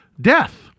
death